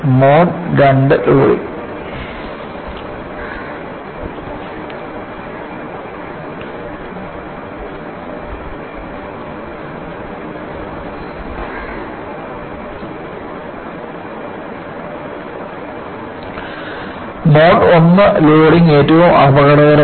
mode II loading mode I loading ഏറ്റവും അപകടകരമാണ്